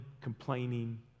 complaining